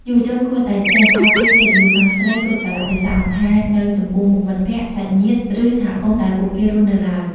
យុវជនគួរតែចេះ "ការពារកិត្តិយសខាងស្រី" គ្រប់កាលៈទេសៈ មិនថានៅចំពោះមុខមិត្តភក្តិ សាច់ញាតិ ឬសហគមន៍ដែលពួកគេរស់នៅឡើយ។